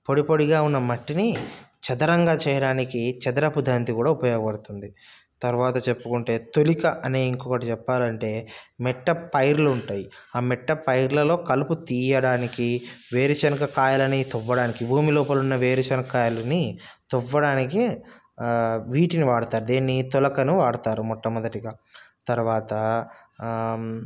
పొడిపొడిగా ఉన్న మట్టిని చదరంగా చేయడానికి చదరపు దంతి కూడా ఉపయోగపడుతుంది తర్వాత చెప్పుకుంటే తొలిక అనే ఇంకొకటి చెప్పాలంటే మెట్టపైర్లు ఉంటాయి ఆ మెట్ట పైర్లలో కలుపు తీయడానికి వేరుశనగ కాయలు తొవ్వడానికి భూమి లోపల ఉన్న వేరుశనక్కాయలని తొవ్వడానికి వీటిని వాడుతారు దేన్ని తొలకను వాడుతారు మొట్టమొదటిగా తర్వాత